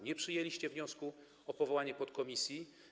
Nie przyjęliście wniosku o powołanie podkomisji.